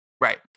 Right